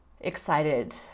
excited